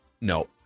No